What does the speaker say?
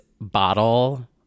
bottle